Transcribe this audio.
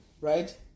right